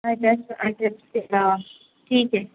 आई test eye test हाँ ठीक है